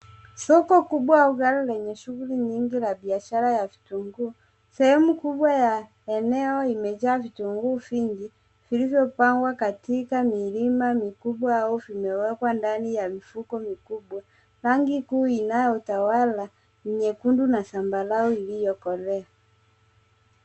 Soko kubwa au ghala lenye shughuli nyingi la biashara ya kitunguu, sehemu kubwa ya eneo imejaa vitunguu vingi, vilivyopangwa katika milima mikubwa au vimewekwa ndani ya mifuko mikubwa. Rangi kuu inayotawala, ni nyekundu, na zambarau, iliokolea.